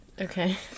Okay